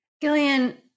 Gillian